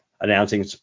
announcing